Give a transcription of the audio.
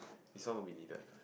this one will be needed